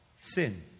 sin